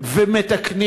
ומתקנים